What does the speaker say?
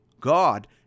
God